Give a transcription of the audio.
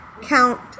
count